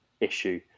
issue